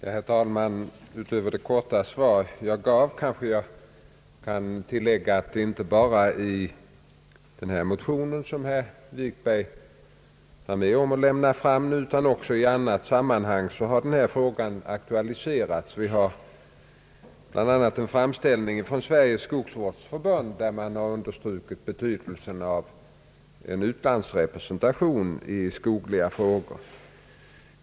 Herr talman! Utöver det korta svar som jag gav kan jag kanske tillägga att det inte bara är i den motion som herr Wikberg var med om att lägga fram utan också i andra sammanhang som denna fråga aktualiserats. Vi har bl.a. en framställning från Sveriges skogsvårdsförbund, där man understryker betydelsen av en utlandsrepresentation i skogliga frågor.